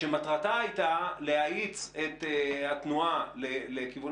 שמטרתה הייתה להאיץ את התנועה לכיוון